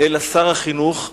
אלא שר החינוך.